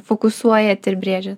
fokusuojat ir brėžia